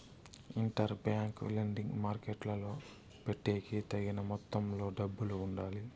inter bank lending మార్కెట్టులో పెట్టేకి తగిన మొత్తంలో డబ్బులు ఉండాలి